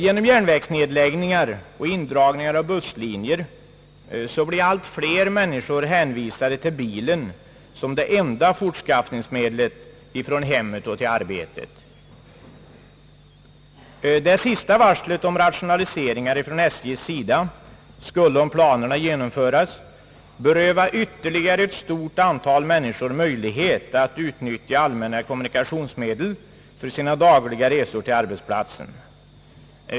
Genom järnvägsnedläggningar och indragningar av busslinjer blir allt fler människor hänvisade till bilen som det enda fortskaffningsmedlet från hemmet till arbetsplatsen. Det senaste varslet om rationaliseringar från SJ:s sida skulle, om planerna genomföres, beröva ytterligare ett stort antal människor möjlighet att utnyttja allmänna kommunikationsmedel för sina dagliga resor till arbetsplatsen.